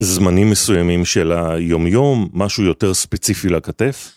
זמנים מסוימים של היום-יום, משהו יותר ספציפי לכתף.